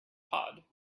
pod